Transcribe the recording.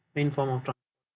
main form of tran~